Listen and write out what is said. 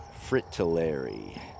Fritillary